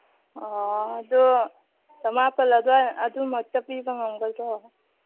ꯑꯣ ꯑꯗꯨ ꯆꯃꯥꯄꯜ ꯑꯗꯨꯃꯛꯇ ꯄꯤꯕ ꯉꯝꯒꯗ꯭ꯔꯣ